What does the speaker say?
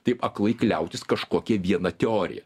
taip aklai kliautis kažkokia viena teorija